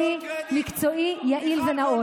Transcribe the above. יאלוב,